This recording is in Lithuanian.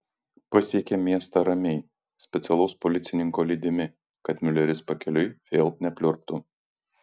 pasiekė miestą ramiai specialaus policininko lydimi kad miuleris pakeliui vėl nepliurptų